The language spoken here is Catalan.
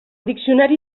diccionari